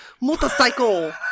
motorcycle